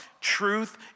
truth